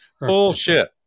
Bullshit